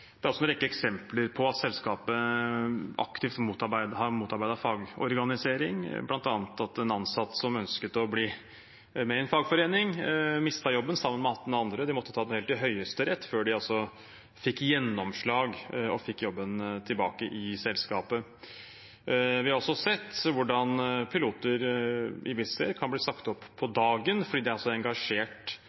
Det er også en rekke eksempler på at selskapet aktivt har motarbeidet fagorganisering, bl.a. at en ansatt som ønsket å bli med i en fagforening, mistet jobben, sammen med 18 andre. De måtte ta det helt til høyesterett før de fikk gjennomslag og fikk tilbake jobben i selskapet. Vi har også sett hvordan piloter i Wizz Air kan bli sagt opp på dagen fordi de ikke er engasjert